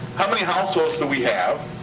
how many households do we have